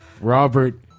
Robert